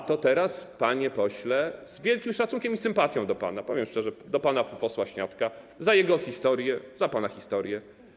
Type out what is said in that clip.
A to teraz, panie pośle, z wielkim szacunkiem i sympatią do pana, powiem szczerze, do pana posła Śniadka, za jego historię, za pana historię.